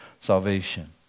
salvation